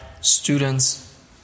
students